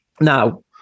Now